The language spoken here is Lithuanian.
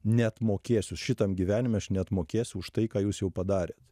neatmokėsiu šitam gyvenime aš neatmokėsiu už tai ką jūs jau padarėt